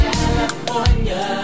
California